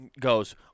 goes